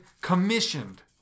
commissioned